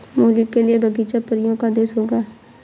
मूली के लिए बगीचा परियों का देश होगा